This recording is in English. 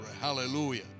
hallelujah